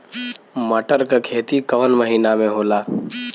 मटर क खेती कवन महिना मे होला?